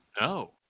No